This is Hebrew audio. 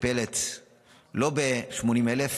מטפלת לא ב-80,000,